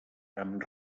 amb